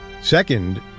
Second